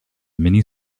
many